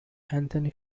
anthony